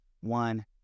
one